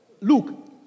look